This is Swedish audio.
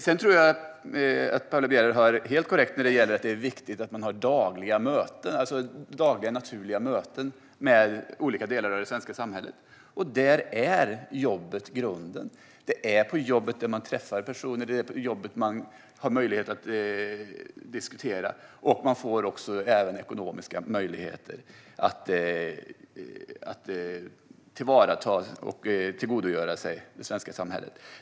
Jag tror att Paula Bieler har helt rätt i att det är viktigt att man har dagliga naturliga möten med olika delar av det svenska samhället. Där är jobbet grunden. Det är på jobbet man träffar personer, och det är på jobbet man har möjlighet att diskutera. Jobbet ger också ekonomiska möjligheter att tillvarata och tillgodogöra sig det svenska samhället.